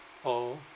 oh